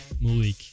Malik